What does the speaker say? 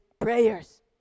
prayers